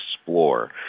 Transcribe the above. explore